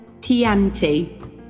Tianti